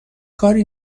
کاری